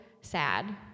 sad